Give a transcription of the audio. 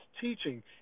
teaching